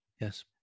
Yes